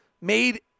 made